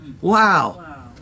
Wow